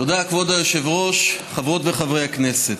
תודה, כבוד היושב-ראש, חברות וחברי הכנסת,